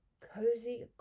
cozy